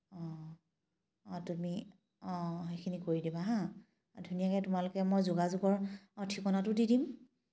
তুম সেইখিনি কৰি দিবা হাঁ ধুনীয়া তোমালোকৰ ঠিকনাটোও দি দিম